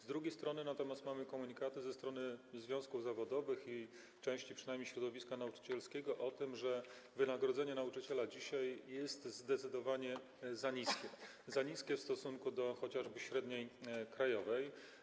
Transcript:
Z drugiej strony natomiast mamy komunikaty ze strony związków zawodowych i części przynajmniej środowiska nauczycielskiego o tym, że wynagrodzenie nauczyciela dzisiaj jest zdecydowanie za niskie, za niskie w stosunku do chociażby średniej krajowej.